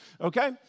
Okay